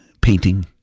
Painting